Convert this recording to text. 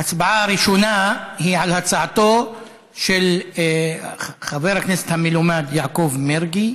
ההצבעה הראשונה היא על הצעתו של חבר הכנסת המלומד יעקב מרגי.